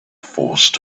forced